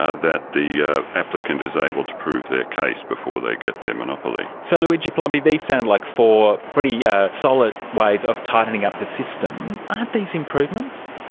ah that the applicant is able to prove their case before they get their monopoly. so luigi palombi, these sound like four pretty yeah solid ways of tightening up the system. aren't these improvements?